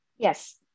Yes